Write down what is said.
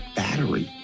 battery